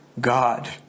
God